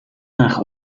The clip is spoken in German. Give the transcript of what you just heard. nach